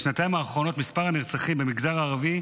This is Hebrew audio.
בשנתיים האחרונות מספר הנרצחים במגזר הערבי